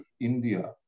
India